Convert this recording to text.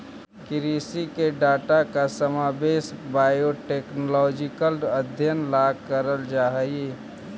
कृषि के डाटा का समावेश बायोटेक्नोलॉजिकल अध्ययन ला करल जा हई